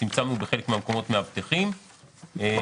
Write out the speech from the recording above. צמצמנו בחלק מהמקומות מאבטחים ובמקרה